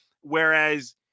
Whereas